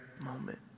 moment